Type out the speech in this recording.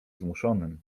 zmuszonym